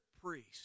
priest